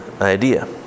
idea